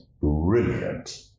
brilliant